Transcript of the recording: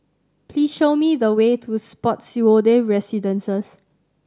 please show me the way to Spottiswoode Residences